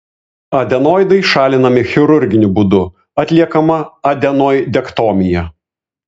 adenoidai šalinami chirurginiu būdu atliekama adenoidektomija